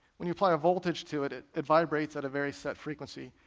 when you apply a voltage to it, it it vibrates at a very set frequency,